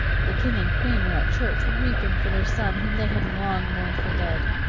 the king and queen were at church, weeping for their son, whom they had long mourned for dead.